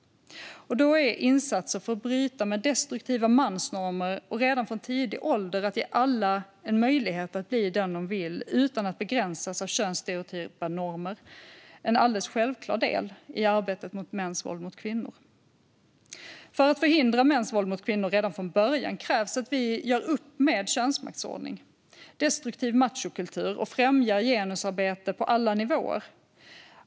Då är insatser för att bryta med destruktiva mansnormer och att ge alla, redan från tidig ålder, möjlighet att bli den de vill, utan att begränsas av könsstereotypa normer, en alldeles självklar del i arbetet mot mäns våld mot kvinnor. För att förhindra mäns våld mot kvinnor redan från början krävs att vi gör upp med könsmaktsordningen och destruktiv machokultur och främjar genusarbete på alla nivåer.